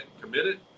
committed